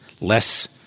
less